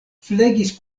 flegis